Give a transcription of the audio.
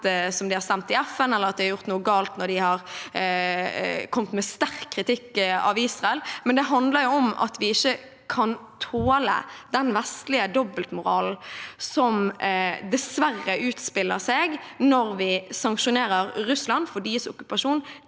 som de har stemt i FN, eller at de har gjort noe galt når de har kommet med sterk kritikk av Israel. Det handler om at vi ikke kan tåle den vestlige dobbeltmoralen som dessverre utspiller seg når vi sanksjonerer mot Russland for deres okkupasjon